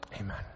amen